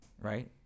Right